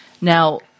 Now